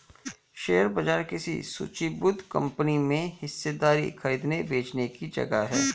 share बाजार किसी सूचीबद्ध कंपनी में हिस्सेदारी खरीदने बेचने की जगह है